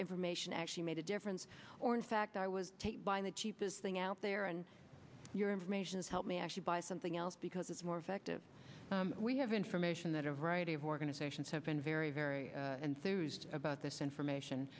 information actually made a difference or in fact i was buying the cheapest thing out there and your information is help me actually buy something else because it's more effective we have information that a variety of organizations have been very very enthused about this information